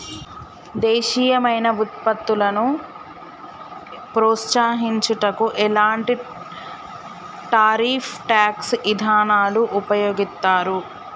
దేశీయమైన వృత్పత్తులను ప్రోత్సహించుటకు ఎలాంటి టారిఫ్ ట్యాక్స్ ఇదానాలు ఉపయోగిత్తారు